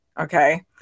Okay